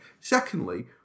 Secondly